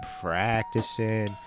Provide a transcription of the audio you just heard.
practicing